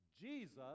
Jesus